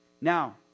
Now